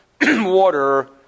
water